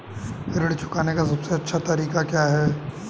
ऋण चुकाने का सबसे अच्छा तरीका क्या है?